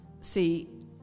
See